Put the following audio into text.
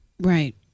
Right